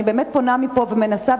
אני באמת פונה מפה ומנסה,